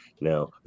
Now